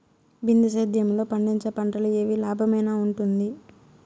బిందు సేద్యము లో పండించే పంటలు ఏవి లాభమేనా వుంటుంది?